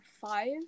five